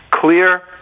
clear